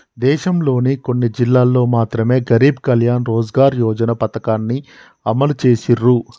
దేశంలోని కొన్ని జిల్లాల్లో మాత్రమె గరీబ్ కళ్యాణ్ రోజ్గార్ యోజన పథకాన్ని అమలు చేసిర్రు